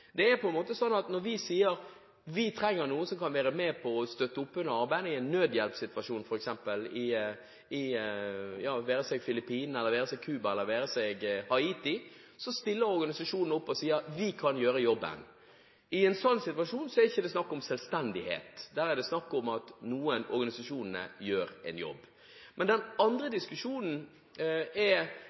Det er på en måte slik at når vi sier at vi trenger noen som kan være med på å støtte opp under arbeidet i f.eks. en nødhjelpssituasjon – det være seg på Filippinene, på Cuba eller på Haiti – stiller organisasjonene opp og sier: Vi kan gjøre jobben. I en slik situasjon er det ikke snakk om selvstendighet. Da er det snakk om at noen av organisasjonene gjør en jobb. Men den andre diskusjonen er: